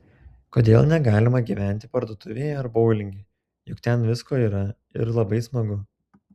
kodėl negalima gyventi parduotuvėje ar boulinge juk ten visko yra ir labai smagu